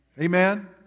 Amen